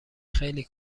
خیلی